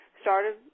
started